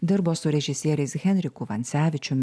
dirbo su režisieriais henriku vancevičiumi